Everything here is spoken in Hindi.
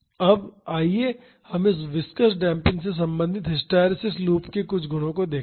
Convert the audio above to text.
अब आइए हम इस विस्कॉस डेम्पिंग से सम्बंधित हिस्टैरिसीस लूप के कुछ गुणों को देखें